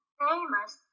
famous